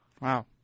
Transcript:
Wow